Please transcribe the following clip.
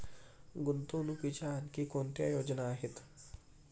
गुंतवणुकीच्या आणखी कोणत्या योजना आहेत?